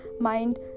mind